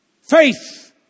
Faith